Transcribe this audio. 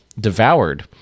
Devoured